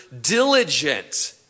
diligent